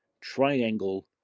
triangle